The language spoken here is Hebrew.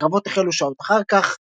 הקרבות החלו שעות אחר כך,